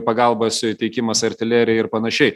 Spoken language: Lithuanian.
pagalbos suteikimas artilerija ir panašiai